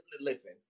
listen